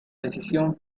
decisión